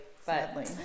Sadly